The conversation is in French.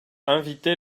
inviter